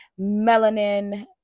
melanin